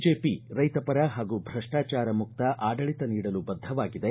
BJP ರೈತಪರ ಹಾಗೂ ಭ್ರಷ್ಟಚಾರ ಮುಕ್ತ ಆಡಳಿತ ನೀಡಲು ಬದ್ಧವಾಗಿದೆ